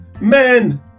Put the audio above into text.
Men